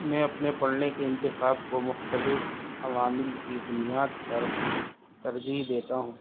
میں اپنے پڑھنے کے انتخاب کو مختلف عوامل کی بنیاد پر ترجیح دیتا ہوں